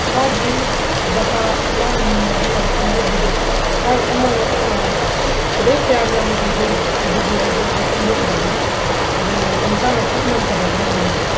ꯃꯥꯒꯤ ꯗꯇꯥ ꯃꯥꯒꯤ ꯃꯤꯟ ꯍꯥꯏ ꯇꯥꯔꯦ ꯏꯁꯇꯦꯟꯗꯔꯠ ꯗꯦꯚꯤꯌꯦꯁꯟ ꯃꯥꯏ ꯑꯃ ꯂꯩ ꯁꯤꯗꯩ ꯀꯌꯥ ꯌꯥꯝꯅ ꯍꯥꯏꯊꯩ ꯍꯥꯏꯊꯗꯦ ꯍꯥꯏꯕꯗꯨ ꯑꯗꯨ ꯈꯪꯗꯣꯛꯀꯗꯕꯅꯤ ꯑꯗꯨꯒ ꯃꯇꯝ ꯆꯥꯅ ꯇ꯭ꯔꯤꯠꯃꯦꯟ ꯇꯧꯍꯧꯗꯕꯅꯤ ꯃꯁꯤ